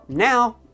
Now